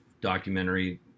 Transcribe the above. documentary